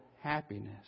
happiness